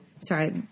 Sorry